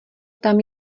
tam